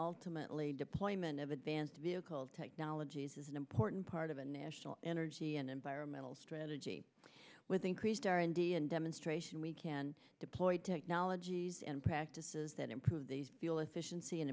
ultimately deployment of advanced vehicle technologies is an important part of a national energy and environmental strategy with increased our indian demonstration we can deploy technologies and practices that improve the feel efficiency and